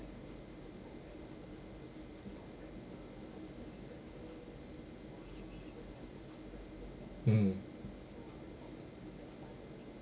mm